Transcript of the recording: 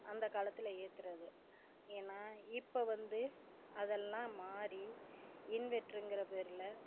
அந்த காலத்தில் ஏத்துறது ஏன்னா இப்போ வந்து அதெல்லாம் மாதிரி இன்வெர்ட்ருங்குற பேர்ல